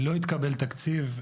לא התקבל תקציב.